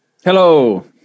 Hello